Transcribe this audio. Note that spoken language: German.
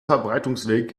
verbreitungsweg